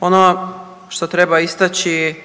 Ono što treba istaći,